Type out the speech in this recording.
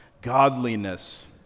godliness